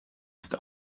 ist